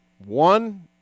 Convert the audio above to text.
One